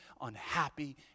unhappy